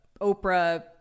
Oprah